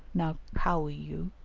now kao-yu,